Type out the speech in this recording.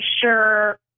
sure